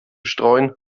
streuen